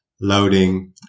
loading